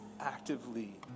actively